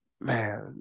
Man